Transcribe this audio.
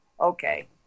okay